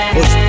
Push